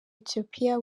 ethiopia